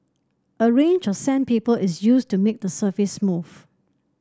a range of sandpaper is used to make the surface smooth